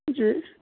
جی